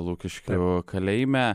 lukiškių kalėjime